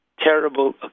terrible